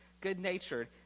good-natured